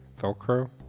Velcro